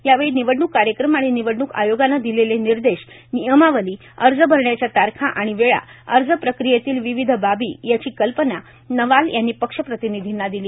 यावेळी निवडणुक कार्यक्रम आणि निवडणूक आयोगानं दिलेले निर्देश नियमावली अर्ज भरण्याच्या तारखा आणि वेळा अर्ज प्रक्रियेतील विविध बाबी याची कल्पना नवाल यांनी पक्ष प्रतिनिधींना दिली